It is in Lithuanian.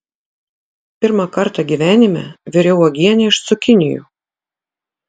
pirmą kartą gyvenime viriau uogienę iš cukinijų